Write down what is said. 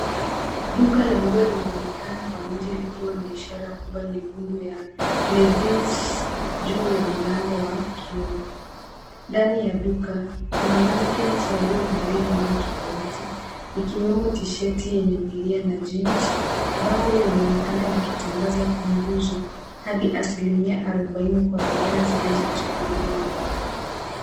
Duka la nguo linaonekana kwa nje likiwa na ishara kubwa nyekundu ya levis .juu ya mlango wa kioo. Ndani ya duka kuna mannequins waliovalia nguo tofauti, ikiwemo tisheti yenye milia na jeans .Bango linaonekana likitangaza kupunguzwa hadi asilimia arobaini kwa bidhaa zilizochaguliwa.